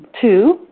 Two